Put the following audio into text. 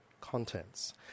contents